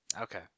Okay